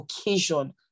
occasion